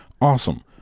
awesome